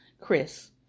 Chris